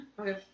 Okay